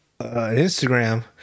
Instagram